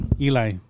Eli